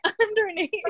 underneath